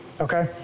Okay